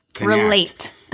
relate